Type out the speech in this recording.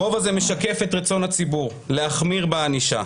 הרוב הזה משקף את רצון הציבור להחמיר את הענישה.